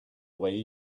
way